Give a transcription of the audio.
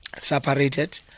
separated